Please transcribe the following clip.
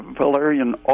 valerian